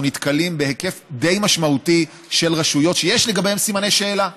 אנחנו נתקלים בהיקף די משמעותי של רשויות שיש לגביהן סימני שאלה,